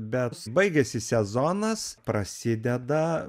bet baigiasi sezonas prasideda